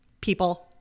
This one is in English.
people